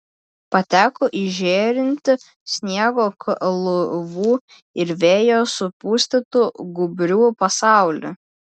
pateko į žėrintį sniego kalvų ir vėjo supustytų gūbrių pasaulį